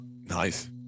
Nice